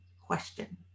question